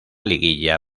liguilla